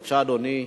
בבקשה, אדוני,